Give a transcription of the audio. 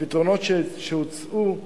והפתרונות שהוצעו כללו,